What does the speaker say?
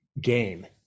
game